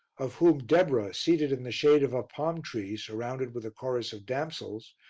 of whom deborah, seated in the shade of a palm tree surrounded with a chorus of damsels,